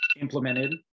implemented